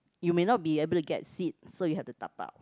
you may not be able to get seat so you have to dabao